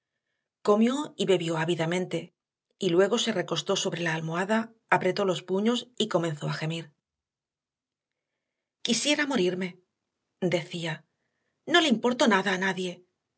comió y bebió ávidamente y luego se recostó sobre la almohada apretó los puños y comenzó a gemir quisiera morirme decía no le importo nada a nadie